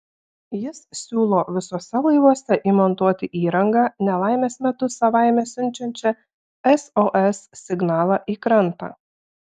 jis siūlo visuose laivuose įmontuoti įrangą nelaimės metu savaime siunčiančią sos signalą į krantą